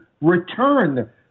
return